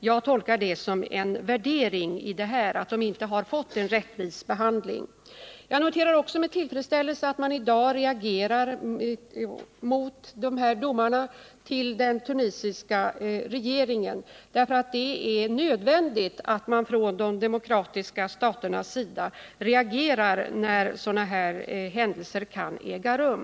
Det tolkar jag som ett konstaterande att de fängslade inte har fått en rättvis behandling. Jag noterar också med tillfredsställelse att regeringen i dag framför sin oro inför denna frågas utveckling till den tunisiska regeringen, eftersom det är nödvändigt att de demokratiska staterna reagerar när händelser av detta slag äger rum.